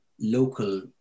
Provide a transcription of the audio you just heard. local